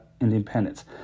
independence